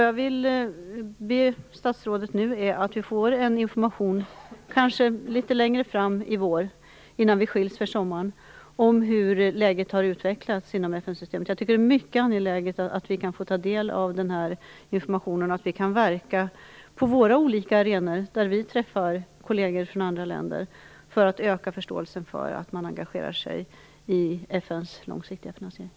Jag vill därför be statsrådet att vi litet längre fram i vår, innan vi skiljs för sommaren, får information om hur läget har utvecklats inom FN-systemet. Jag tycker det är mycket angeläget att vi får ta del av den här informationen och kan verka på våra olika arenor när vi träffar kolleger från andra länder för att öka förståelsen för att engagera sig i FN:s långsiktiga finansiering.